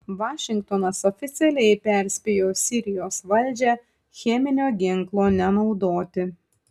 vašingtonas oficialiai perspėjo sirijos valdžią cheminio ginklo nenaudoti